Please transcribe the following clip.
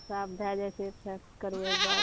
सब भए जाइ छै वैक्स करबैके बाद